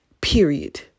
period